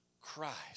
Christ